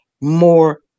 more